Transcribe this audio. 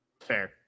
Fair